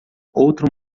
outro